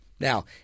Now